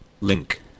link